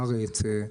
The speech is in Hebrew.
הארץ.